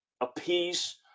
appease